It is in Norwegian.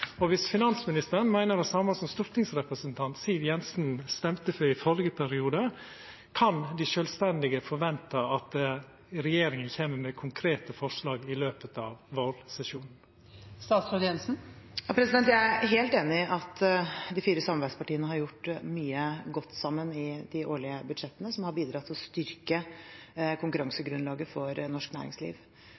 Og viss finansministeren meiner det same som stortingsrepresentant Siv Jensen stemte for i førre periode, kan dei sjølvstendig næringsdrivande forventa at regjeringa kjem med konkrete forslag i løpet av vårsesjonen? Jeg er helt enig i at de fire samarbeidspartiene har gjort mye godt sammen i de årlige budsjettene som har bidratt til å styrke konkurransegrunnlaget for norsk næringsliv.